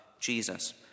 Jesus